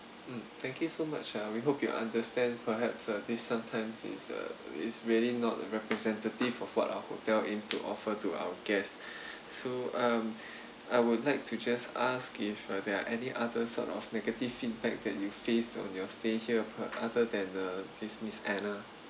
mm thank you so much ah we hope you understand perhaps uh this sometimes it's uh it's really not representative of what our hotel aims to offer to our guests so um I would like to just ask if uh there are any other sort of negative feedback that you face on your stay here other than uh this miss anna